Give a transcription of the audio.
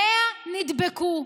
100 נדבקו.